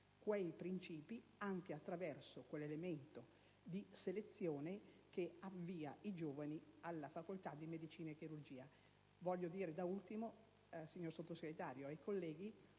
quei principi, anche attraverso la prova selezione che avvia i giovani alla facoltà di medicina e chirurgia. Voglio ricordare, da ultimo, signor Sottosegretario e colleghi,